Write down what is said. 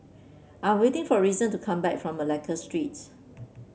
I'm waiting for Reason to come back from Malacca Street